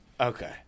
okay